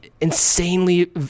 insanely